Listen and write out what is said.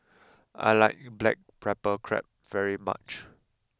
I like Black Pepper Crab very much